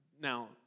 Now